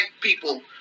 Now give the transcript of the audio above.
people